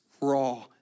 raw